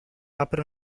apre